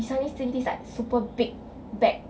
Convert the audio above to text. we suddenly seen this like super big bag